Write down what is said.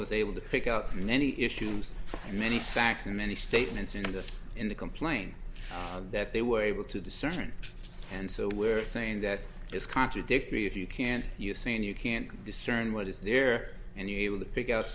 was able to pick up many issues many facts and many statements in the in the complaint that they were able to discern and so we're saying that it's contradictory if you can't you see and you can't discern what is there and you're able to pick out